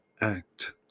Act